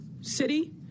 city